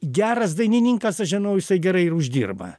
geras dainininkas aš žinau jisai gerai ir uždirba